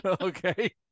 Okay